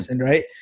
right